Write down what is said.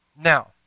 Now